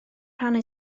rhannu